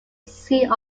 sea